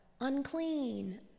unclean